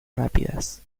rápidas